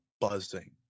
buzzing